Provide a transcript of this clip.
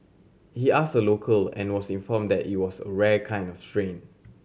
he asked a local and was informed that it was a a rare kind of train